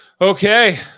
okay